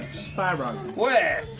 sparrow. where?